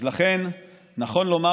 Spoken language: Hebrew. אז לכן נכון לומר,